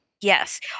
Yes